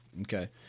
Okay